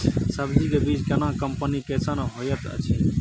सब्जी के बीज केना कंपनी कैसन होयत अछि?